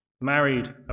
married